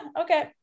Okay